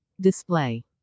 Display